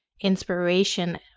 inspiration